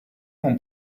non